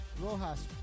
Rojas